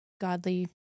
godly